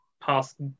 past